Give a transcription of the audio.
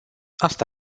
asta